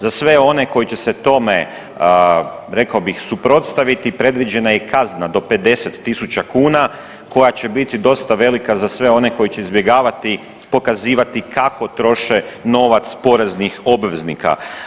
Za sve one koji će se tome, rekao bih, suprotstaviti, predviđena je i kazna do 50 000 kuna koja će biti dosta velika za sve one koji će izbjegavati pokazivati kako troše novac poreznih obveznika.